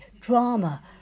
drama